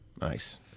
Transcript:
Nice